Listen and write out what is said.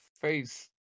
face